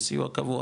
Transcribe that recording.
זה סיוע קבוע,